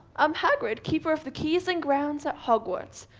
i'm hagrid, keeper of the keys and grounds at hogwarts.